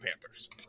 Panthers